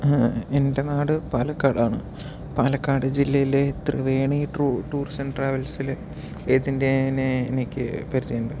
എൻ്റെ നാട് പാലക്കാട് ആണ് പാലക്കാട് ജില്ലയിലെ ത്രിവേണി ടൂറിസം ട്രാവെൽസിലെ ഏജെന്റിനെ എനിക്ക് പരിചയമുണ്ട്